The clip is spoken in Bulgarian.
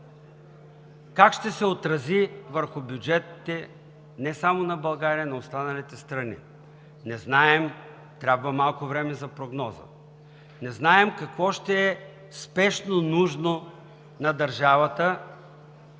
как ще се отрази върху бюджетите не само на България, но и на останалите страни. Не знаем! Трябва малко време за прогноза. Не знаем какво ще е спешно нужно на държавата,